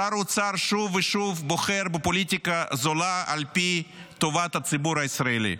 שר האוצר שוב ושוב בוחר בפוליטיקה זולה על פני טובת הציבור הישראלי.